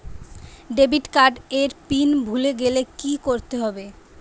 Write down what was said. Debit card এর pin ভুলে গেলে কি করতে হবে?